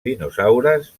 dinosaures